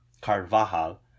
Carvajal